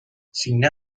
سینه